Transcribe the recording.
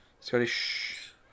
Scottish